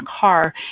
car